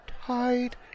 tied